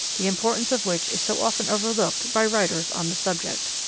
the importance of which is so often overlooked by writers on the subject.